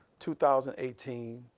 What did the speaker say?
2018